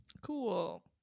Cool